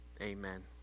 Amen